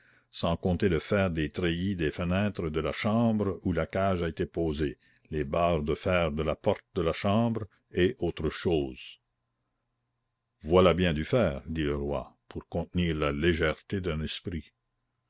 sans compter le fer des treillis des fenêtres de la chambre où la cage a été posée les barres de fer de la porte de la chambre et autres choses voilà bien du fer dit le roi pour contenir la légèreté d'un esprit